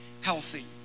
healthy